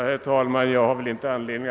Herr talman!